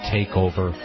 Takeover